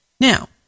Now